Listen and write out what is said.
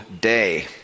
day